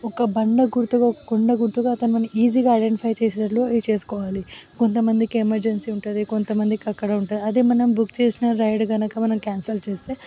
ఒక బండ గుర్తుగా ఒక కొండ గుర్తుగా అతని మనలని ఈజీగా ఐడెంటిఫై చేసేటట్లు ఇది చేసుకోవాలి కొంతమందికి ఎమర్జెన్సీ ఉంటుంది కొంతమందికి అక్కడ ఉంటుంది అదే మనం బుక్ చేసిన రైడ్ కనుక మనం క్యాన్సిల్ చేస్తే